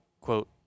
quote